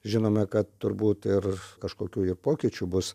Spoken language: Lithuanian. žinome kad turbūt ir kažkokių i pokyčių bus